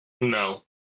No